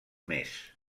mes